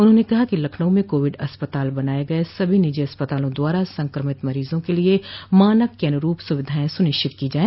उन्होंने कहा कि लखनऊ में कोविड अस्पताल बनाये गये सभी निजी अस्पतालों द्वारा संक्रमित मरीजों के लिए मानक के अनुरूप सुविधायें सुनिश्चित की जाय